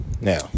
Now